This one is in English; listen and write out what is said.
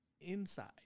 inside